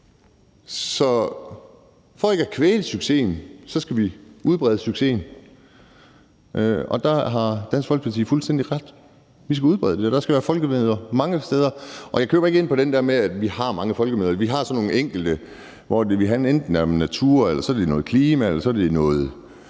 Så for ikke at kvæle succesen skal vi udbrede succesen, og der har Dansk Folkeparti fuldstændig ret. Vi skal udbrede det. Der skal være folkemøder mange steder. Og jeg køber ikke ind på den der med, at vi har mange folkemøder. Vi har nogle enkelte, hvor det enten handler om noget natur eller noget klima eller noget